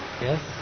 Yes